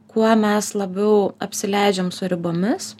kuo mes labiau apsileidžiam su ribomis